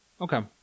Okay